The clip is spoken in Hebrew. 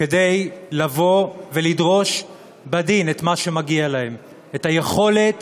כדי לדרוש בדין מה שמגיע להם, את היכולת